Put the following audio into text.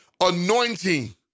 anointing